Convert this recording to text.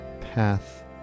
path